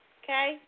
okay